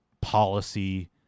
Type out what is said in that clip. policy